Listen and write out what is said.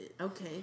Okay